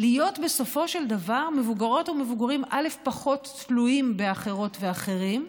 להיות בסופו של דבר מבוגרות ומבוגרים פחות תלויים באחרות ואחרים,